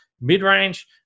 Mid-range